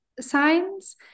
signs